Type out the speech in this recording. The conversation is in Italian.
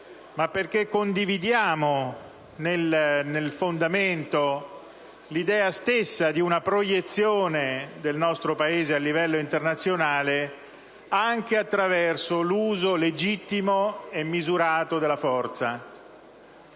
ma perché condividiamo nel fondamento l'idea stessa di una proiezione del nostro Paese a livello internazionale anche attraverso l'uso legittimo e misurato della forza.